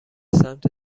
سمت